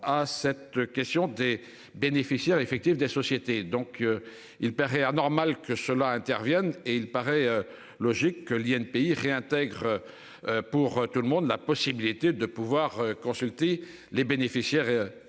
à cette question des bénéficiaires effectifs des sociétés. Donc. Il paraît anormal que cela intervienne et il paraît logique que l'UNPI réintègre. Pour tout le monde la possibilité de pouvoir consulter les bénéficiaires effectifs